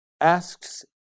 asks